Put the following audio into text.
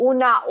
Una